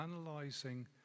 analyzing